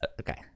okay